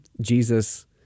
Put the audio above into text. Jesus